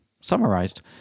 summarized